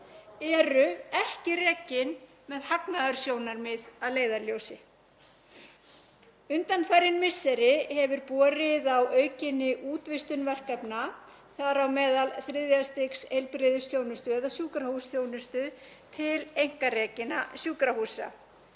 eru ekki rekin með hagnaðarsjónarmið að leiðarljósi. Undanfarin misseri hefur borið á aukinni útvistun verkefna, þar á meðal þriðja stigs heilbrigðisþjónustu eða sjúkrahúsþjónustu til einkarekinna sjúkrahúsa.